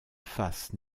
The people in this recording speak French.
face